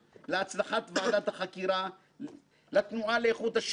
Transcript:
התאחדות הסטודנטים ועמותת בנקים לא מעל החוק.